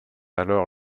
alors